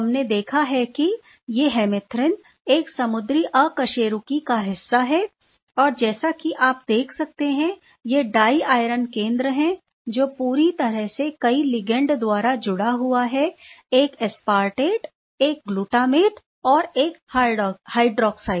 हमने देखा है कि ये हेमिथ्रिन एक समुद्री अकशेरुकी का हिस्सा है और जैसा कि आप देख सकते हैं ये डाई आयरन केंद्र हैं जो पूरी तरह से कई लिगैंड द्वारा जुड़ा हुआ है एक एस्पेरेट एक ग्लूटामेट और एक हाइड्रॉक्साइड